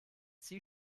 sie